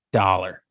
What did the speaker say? dollar